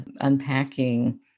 unpacking